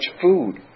food